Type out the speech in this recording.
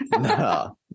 no